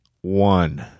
one